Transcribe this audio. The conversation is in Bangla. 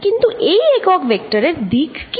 কিন্তু এই একক ভেক্টরের দিক কি